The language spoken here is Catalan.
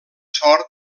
sort